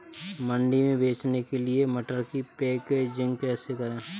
मंडी में बेचने के लिए मटर की पैकेजिंग कैसे करें?